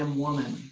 um woman.